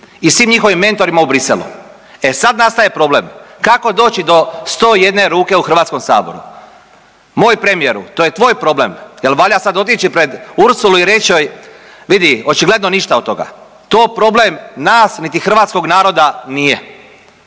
i svim njihovim mentorima u Briselu. E sad nastaje problem, kako doći do 101 ruke u HS? Moj premijeru, to je tvoj problem jel valja sad otići pred Ursulu i reći joj, vidi očigledno ništa od toga. To problem nas, niti hrvatskog naroda nije.